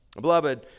Beloved